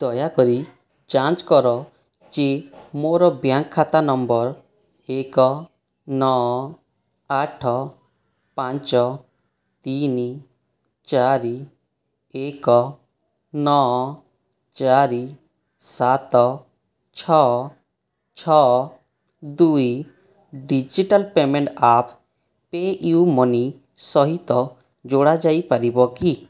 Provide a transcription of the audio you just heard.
ଦୟାକରି ଯାଞ୍ଚ କର ଯେ ମୋର ବ୍ୟାଙ୍କ ଖାତା ନମ୍ବର ଏକ ନଅ ଆଠ ପାଞ୍ଚ ତିନି ଚାରି ଏକ ନଅ ଚାରି ସାତ ଛଅ ଛଅ ଦୁଇ digital payment app P U money ସହିତ ଯୋଡ଼ା ଯାଇପାରିବ କି